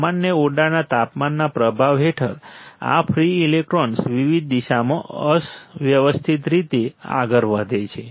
સામાન્ય ઓરડાના તાપમાનના પ્રભાવ હેઠળ આ ફ્રિ ઇલેક્ટ્રોન વિવિધ દિશામાં અવ્યવસ્થિત રીતે આગળ વધે છે